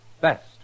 best